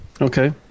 Okay